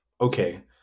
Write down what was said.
Okay